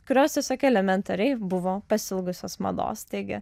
kurios tiesiog elementariai buvo pasiilgusios mados taigi